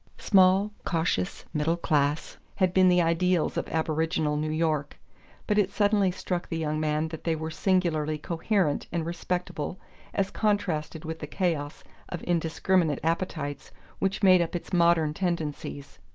small, cautious, middle-class, had been the ideals of aboriginal new york but it suddenly struck the young man that they were singularly coherent and respectable as contrasted with the chaos of indiscriminate appetites which made up its modern tendencies.